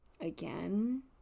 Again